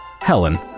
Helen